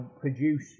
produce